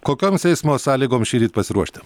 kokioms eismo sąlygoms šįryt pasiruošti